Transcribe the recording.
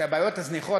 שהבעיות הזניחות,